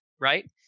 right